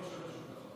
זה לא שווה שום דבר.